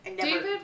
David